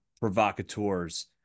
provocateurs